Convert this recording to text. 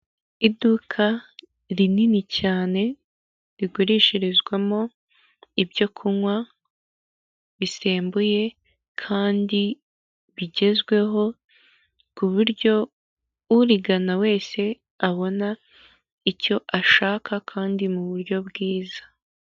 Iduka rinini cyane, rigurishirizwamo ibyo kunywa bisembuye kandi bigezweho, ku buryo urigana wese abona icyo ashaka, kandi mu buryo bwiza.